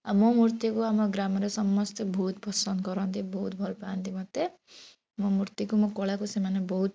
ଆଉ ମୂର୍ତ୍ତିକୁ ଆମ ଗ୍ରାମରେ ସମସ୍ତେ ବହୁତ ପସନ୍ଦ କରନ୍ତି ବହୁତ ଭଲପାଆନ୍ତି ମୋତେ ମୋ ମୂର୍ତ୍ତିକୁ ମୋ କଳାକୁ ସେମାନେ ବହୁତ